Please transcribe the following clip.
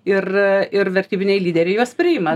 ir ir vertybiniai lyderiai juos priima